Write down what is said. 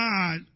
God